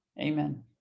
Amen